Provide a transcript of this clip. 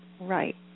right